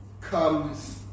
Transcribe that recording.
comes